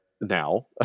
now